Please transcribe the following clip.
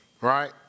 right